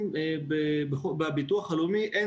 אחר כך המעקב הפסיק ולמעשה מאז כל אחד פועל שוב לבד.